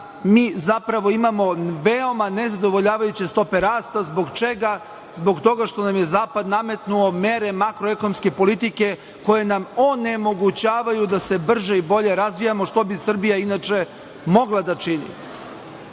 mi zapravo imamo veoma nezadovoljavajuće stope raste, zbog čega, zbog toga što nam je zapad nametnuo mere makro-ekonomske politike koje nam onemogućavaju da se brže i bolje razvijamo, što bi Srbija inače mogla da čini. Ovde